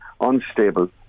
unstable